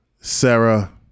Sarah